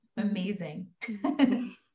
amazing